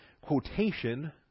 quotation